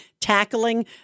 tackling